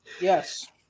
Yes